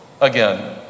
again